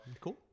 Cool